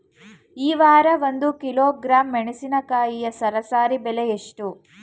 ಈ ವಾರ ಒಂದು ಕಿಲೋಗ್ರಾಂ ಮೆಣಸಿನಕಾಯಿಯ ಸರಾಸರಿ ಬೆಲೆ ಎಷ್ಟು?